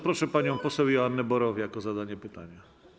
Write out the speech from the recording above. Proszę panią poseł Joannę Borowiak o zadanie pytania.